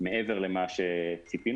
מעבר למה שציפינו,